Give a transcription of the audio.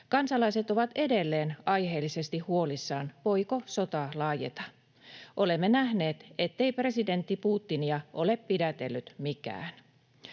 Kansalaiset ovat edelleen aiheellisesti huolissaan siitä, voiko sota laajeta. Olemme nähneet, ettei presidentti Putinia ole pidätellyt mikään.